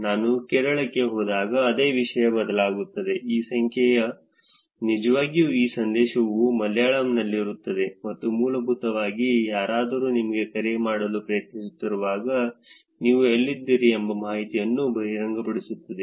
ನಾನು ಕೇರಳಕ್ಕೆ ಹೋದಾಗ ಅದೇ ವಿಷಯ ಬದಲಾಗುತ್ತದೆ ಈ ಸಂಖ್ಯೆಯು ನಿಜವಾಗಿ ಈ ಸಂದೇಶವು ಮಲಯಾಳಂನಲ್ಲಿರುತ್ತದೆ ಇದು ಮೂಲಭೂತವಾಗಿ ಯಾರಾದರೂ ನಿಮಗೆ ಕರೆ ಮಾಡಲು ಪ್ರಯತ್ನಿಸುತ್ತಿರುವಾಗ ನೀವು ಎಲ್ಲಿದ್ದೀರಿ ಎಂಬ ಮಾಹಿತಿಯನ್ನು ಬಹಿರಂಗಪಡಿಸುತ್ತದೆ